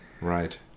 Right